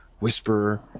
whisperer